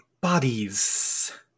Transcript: bodies